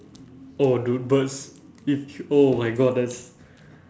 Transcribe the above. oh dude birds if hu~ oh my god that's